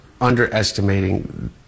underestimating